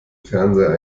fernseher